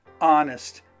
honest